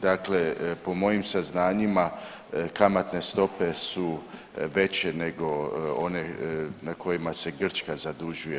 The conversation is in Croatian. Dakle, po mojim saznanjima kamatne stope su veće nego one na kojima se Grčka zadužuje.